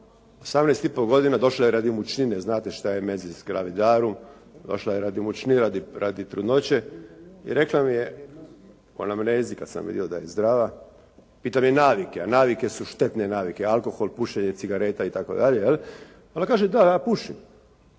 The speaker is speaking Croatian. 18 i po godina došla je radi mučnine, znate šta je «Emesis gravidarum». Došla je radi mučnine, radi trudnoće i rekla mi je u anamnezi kad sam vidio da je zdrava. Pitam je navike, a navike su štetne navike: alkohol, pušenje cigareta i tako dalje jel'? Ona kaže: «Da, ja pušim.»